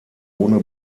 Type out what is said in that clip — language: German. ohne